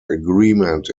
agreement